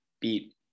beat